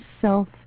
self